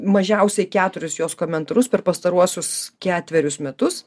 mažiausiai keturis jos komentarus per pastaruosius ketverius metus